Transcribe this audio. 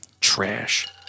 trash